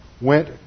went